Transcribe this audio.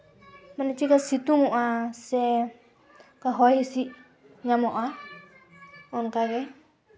ᱢᱟᱱᱮ ᱪᱮᱫᱠᱟ ᱥᱤᱛᱩᱝ ᱚᱜᱼᱟ ᱥᱮ ᱚᱠᱟ ᱦᱚᱭ ᱦᱤᱸᱥᱤᱫ ᱧᱟᱢᱚᱜᱼᱟ ᱚᱱᱠᱟᱜᱮ